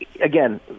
again